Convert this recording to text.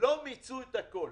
לא מיצו את הכול.